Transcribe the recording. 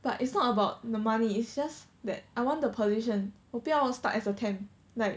but it's not about the money it's just that I want the position 我不要 stuck as a temp like